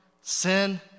sin